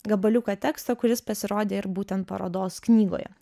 gabaliuką teksto kuris pasirodė ir būtent parodos knygoje